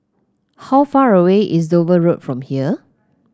how far away is Dover Road from here